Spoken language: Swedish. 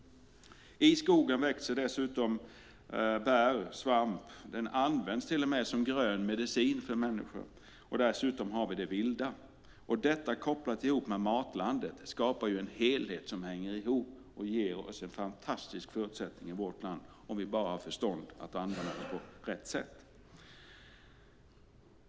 I skogen växer dessutom bär och svamp. Skogen används till och med som grön medicin för människor. Dessutom har vi det vilda. Detta ihopkopplat med Matlandet Sverige skapar en helhet som ger oss fantastiska förutsättningar i vårt land om vi bara har förstånd att använda det på rätt sätt.